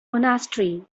monastery